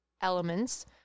elements